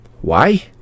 Why